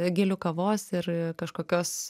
gilių kavos ir kažkokios